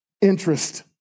interest